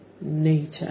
nature